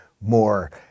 more